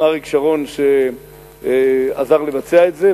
גם אריק שרון שעזר לבצע את זה,